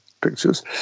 pictures –